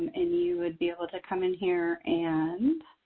and you would be able to come in here and